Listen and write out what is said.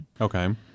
Okay